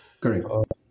Correct